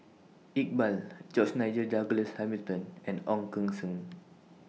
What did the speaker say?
Iqbal George Nigel Douglas Hamilton and Ong Keng Sen